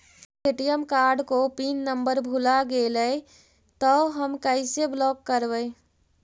ATM card को pin number भुला गैले तौ हम कैसे ब्लॉक करवै?